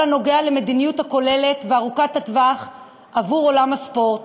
הנוגע למדיניות הכוללת וארוכת הטווח עבור עולם הספורט,